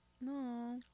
No